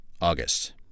August